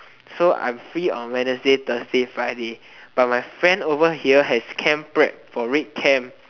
so I'm free on wednesday thursday friday but my friend over here has camp prac for red camp